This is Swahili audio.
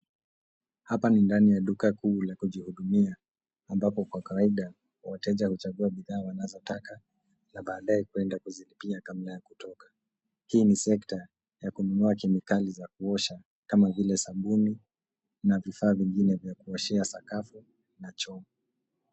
Hapa ni ndani ya duka kuu la kujihudumia ambapo kwa kawaida wateja huchagua bidhaa ambazo wanazitaka na baadaye kuenda kulipia kabla ya kutoka. Hii ni sekta ya kununua kemikali za kuosha kama vile sabuni na vifaa vingine vya kuoshea sakafu na choo.